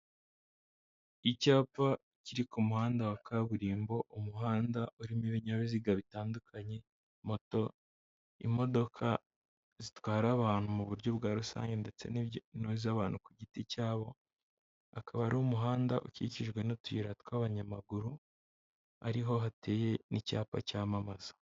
Icyapa kiri ku muhanda wa kaburimbo, umuhanda urimo ibinyabiziga bitandukanye, moto, imodoka zitwara abantu mu buryo bwa rusange ndetse n'iz'abantu ku giti cyabo, akaba ari umuhanda ukikijwe n'utuyira tw'abanyamaguru, ariho hateye n'icyapa cyamamaza.